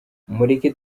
mureke